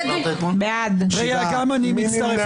מי נמנע?